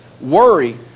worry